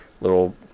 little